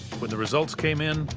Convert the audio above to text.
when the results came in,